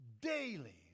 Daily